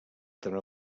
terme